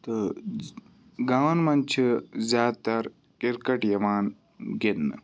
تہٕ گامَن منٛز چھِ زیادٕ تَر کِرکَٹ یِوان گِنٛدنہٕ